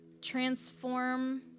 transform